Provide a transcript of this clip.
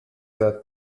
that